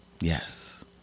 Yes